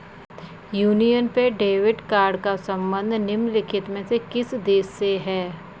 Union पे debit card का संबंध निम्नलिखित में से किस देश से है?